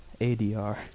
ADR